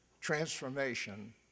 transformation